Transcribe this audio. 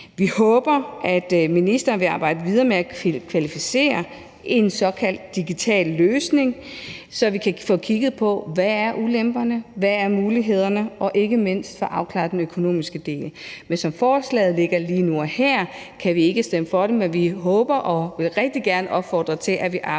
Vi håber, at ministeren vil arbejde videre med at kvalificere en såkaldt digital løsning, så vi kan få kigget på, hvad ulemperne er, hvad mulighederne er, og ikke mindst få afklaret den økonomiske del. Men som forslaget ligger lige nu og her, kan vi ikke stemme for det, men vi håber og vil rigtig gerne opfordre til, at vi arbejder